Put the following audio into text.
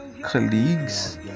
colleagues